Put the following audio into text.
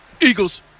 Eagles